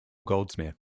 goldsmith